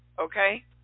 Okay